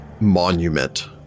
monument